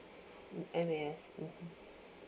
mm M_A_S mmhmm